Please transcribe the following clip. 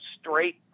straight